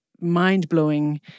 mind-blowing